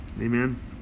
Amen